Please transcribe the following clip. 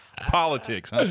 politics